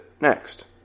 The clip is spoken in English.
Next